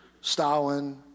Stalin